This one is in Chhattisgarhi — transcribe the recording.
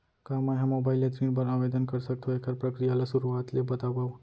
का मैं ह मोबाइल ले ऋण बर आवेदन कर सकथो, एखर प्रक्रिया ला शुरुआत ले बतावव?